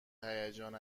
هیجان